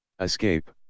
Escape